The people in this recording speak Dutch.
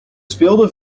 speelde